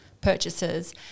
purchases